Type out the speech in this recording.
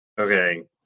Okay